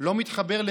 לא מתחבר לשליחות.